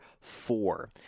four